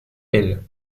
aile